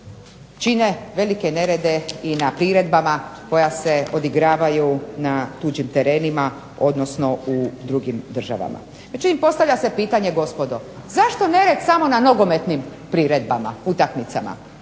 čine velike nerede i na priredbama koje se odigravaju na tuđim terenima, odnosno u drugim državama. Međutim postavlja se pitanje, gospodo, zašto nered samo na nogometnim priredbama, utakmicama.